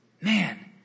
Man